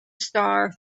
star